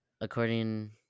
according